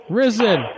risen